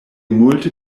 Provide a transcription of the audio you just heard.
multe